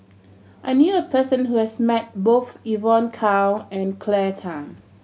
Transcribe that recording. I knew a person who has met both Evon Kow and Claire Tham